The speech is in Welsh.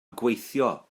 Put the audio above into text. gweithio